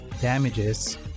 damages